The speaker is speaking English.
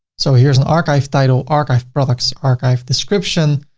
so here's an archive title, archive products, archive description.